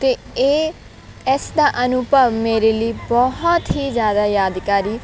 ਅਤੇ ਇਹ ਇਸ ਦਾ ਅਨੁਭਵ ਮੇਰੇ ਲਈ ਬਹੁਤ ਹੀ ਜ਼ਿਆਦਾ ਯਾਦਗਾਰੀ